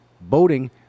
boating